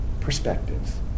perspectives